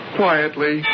quietly